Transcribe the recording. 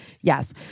yes